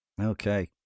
Okay